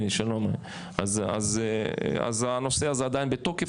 אז הנושא הזה עדיין בתוקף,